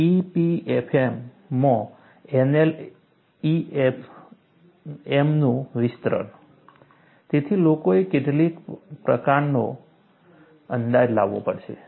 EPFM માં NLEFM નું વિસ્તરણ તેથી લોકોએ કોઈક પ્રકારનો અંદાજ લાવવો પડશે